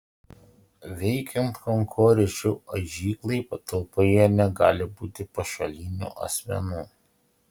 veikiant kankorėžių aižyklai patalpoje negali būti pašalinių asmenų